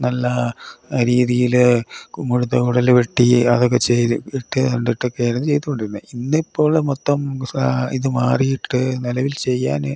നല്ല രീതിയിൽ മുഴുത്ത കുടിൽ വെട്ടി അതൊക്കെ ചെയ്തിട്ട് കണ്ടിട്ടൊക്കെയായിരുന്നു ചെയ്തുകൊണ്ടിരുന്നത് ഇന്നിപ്പോൾ മൊത്തം ഇതു മാറിയിട്ട് നിലവിൽ ചെയ്യാൻ